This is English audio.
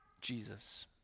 Jesus